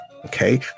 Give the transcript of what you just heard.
Okay